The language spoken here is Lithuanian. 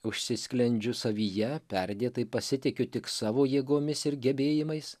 užsisklendžiu savyje perdėtai pasitikiu tik savo jėgomis ir gebėjimais